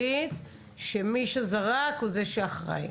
שמי שזרק הוא זה שאחראי.